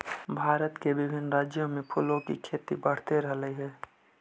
भारत के विभिन्न राज्यों में फूलों की खेती बढ़ते रहलइ हे